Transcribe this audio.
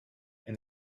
and